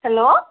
hello